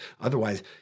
Otherwise